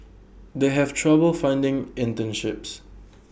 they have trouble finding internships